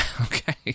Okay